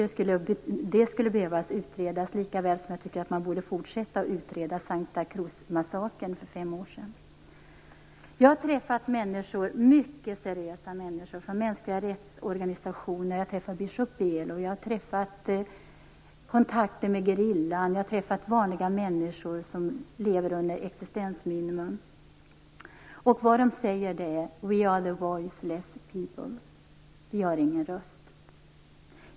Detta skulle behöva utredas, likaväl som att man borde fortsätta utreda Santa Cruz-massakern för fem år sedan. Jag har träffat mycket seriösa människor från mänskliga rättighetsorganisationer. Jag har träffat biskop Belo, haft kontakter med gerillan och träffat vanliga människor, som lever under existensminimum. Vad de säger är: Vi har ingen röst.